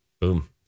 Boom